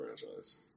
franchise